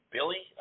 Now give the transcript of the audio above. Billy